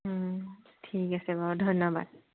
ঠিক আছে বাৰু ধন্যবাদ